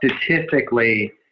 statistically